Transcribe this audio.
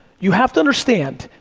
you have to understand,